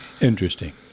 Interesting